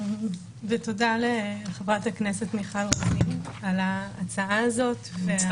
ותודה לחברת הכנסת מיכל רוזין על ההצעה הזאת ועל